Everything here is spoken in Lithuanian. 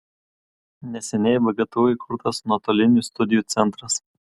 neseniai vgtu įkurtas nuotolinių studijų centras